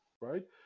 right